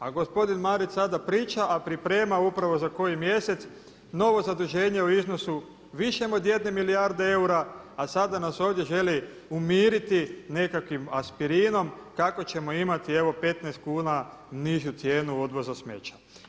A gospodin Marić sada priča, a priprema upravo za koji mjesec novo zaduženje u iznosu višem od jedne milijarde eura, a sada nas ovdje želi umiriti nekakvim aspirinom kako ćemo imati evo 15 kuna nižu cijenu odvoza smeća.